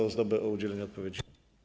Ozdobę o udzielenie odpowiedzi.